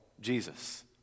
Jesus